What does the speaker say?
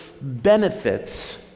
benefits